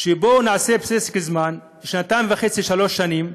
בואו נעשה פסק זמן, שנתיים וחצי שלוש שנים,